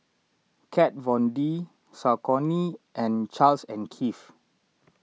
Kat Von D Saucony and Charles and Keith